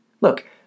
Look